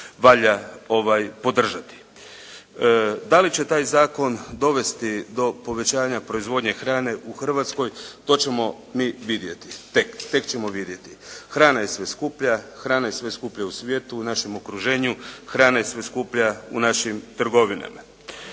valja podržati. Da li će taj zakon dovesti do povećanja proizvodnje hrane u Hrvatskoj to ćemo mi vidjeti, tek ćemo vidjeti. Hrana je sve skuplja, hrana je sve skuplja u svijetu, u našem okruženju. Hrana je sve skuplja u našim trgovinama.